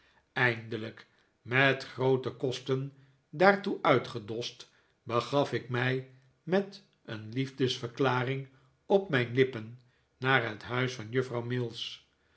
eindelijk met groote kosten daartoe uitgedost begaf ik mij met een liefdesverklaring op mijn lippen naar het huis van juffrouw mills